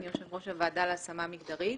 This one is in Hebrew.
אני יושב ראש הוועדה להשמה מגדרית.